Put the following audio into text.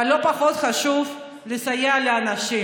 אבל לא פחות חשוב לסייע לאנשים,